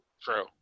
True